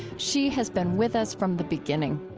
she has been with us from the beginning.